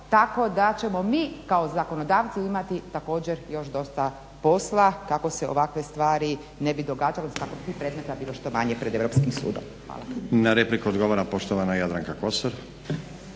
tako da ćemo mi kao zakonodavci imati također još dosta posla kako se ovakve stvari ne bi događale kako bi tih predmeta bilo što manje pred Europskim sudom. **Stazić, Nenad (SDP)** Na repliku odgovara poštovana Jadranka Kosor.